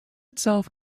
itself